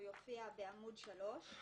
הוא יופיע בעמוד 3,